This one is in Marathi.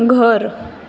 घर